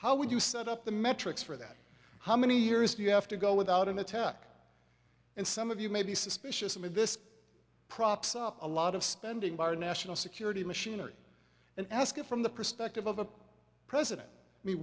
how would you set up the metrics for that how many years do you have to go without an attack and some of you may be suspicious of me this props up a lot of spending by our national security machinery and asked from the perspective of a president me